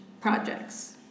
projects